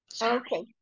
Okay